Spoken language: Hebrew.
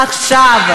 עכשיו.